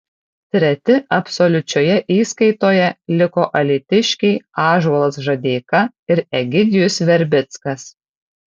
treti absoliučioje įskaitoje liko alytiškiai ąžuolas žadeika ir egidijus verbickas